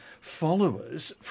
followers